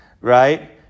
right